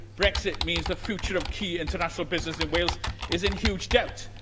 brexit means the future of key international business in wales is in huge doubt.